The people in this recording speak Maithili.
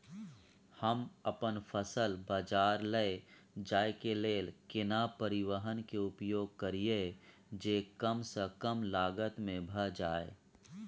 हम अपन फसल बाजार लैय जाय के लेल केना परिवहन के उपयोग करिये जे कम स कम लागत में भ जाय?